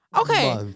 Okay